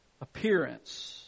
appearance